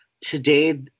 today